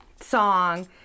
song